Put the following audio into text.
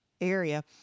area